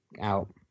out